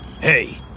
Hey